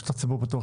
שטח ציבורי פתוח,